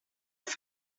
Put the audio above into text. was